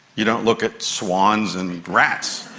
you don't look at swans and rats.